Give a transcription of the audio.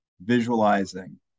visualizing